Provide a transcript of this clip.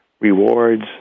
rewards